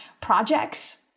projects